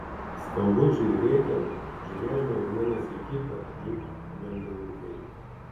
skambučiui rėkiant žiūrėjome vienas į kitą lyg bendrininkai